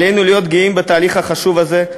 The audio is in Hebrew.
עלינו להיות גאים בתהליך החשוב הזה,